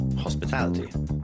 Hospitality